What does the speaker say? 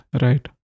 right